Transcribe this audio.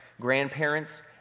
grandparents